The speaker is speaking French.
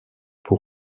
pour